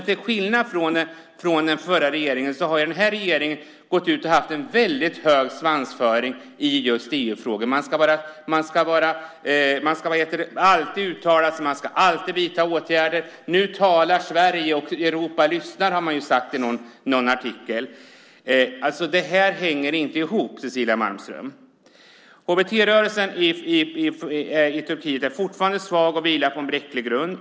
Till skillnad från den förra regeringen har den här regeringen gått ut och haft en väldigt hög svansföring i just EU-frågor. Man ska alltid uttala sig, och man ska alltid vidta åtgärder. Nu talar Sverige och Europa lyssnar, har man sagt i någon artikel. Det här hänger inte ihop, Cecilia Malmström. HBT-rörelsen i Turkiet är fortfarande svag och vilar på en bräcklig grund.